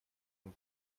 нам